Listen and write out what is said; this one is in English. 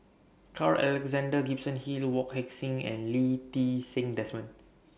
Carl Alexander Gibson Hill Wong Heck Sing and Lee Ti Seng Desmond